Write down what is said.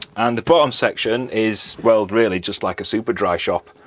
and the bottom section is, well really just like superdry shop